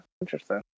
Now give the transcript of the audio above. interesting